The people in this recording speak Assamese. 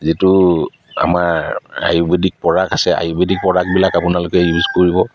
যিটো আমাৰ আয়ুৰ্বেদিক প্ৰডাক্ট আছে আয়ুৰ্বেদিক প্ৰডাক্ট বিলাক আপোনালোকে ইউজ কৰিব